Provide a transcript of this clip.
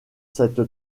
cette